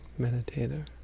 meditator